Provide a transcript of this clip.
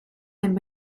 and